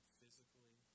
physically